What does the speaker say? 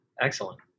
excellent